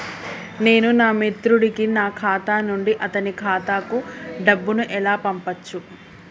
నేను నా మిత్రుడి కి నా ఖాతా నుండి అతని ఖాతా కు డబ్బు ను ఎలా పంపచ్చు?